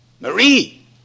Marie